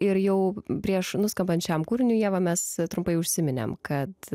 ir jau prieš nuskambant šiam kūriniui ieva mes trumpai užsiminėm kad